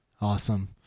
Awesome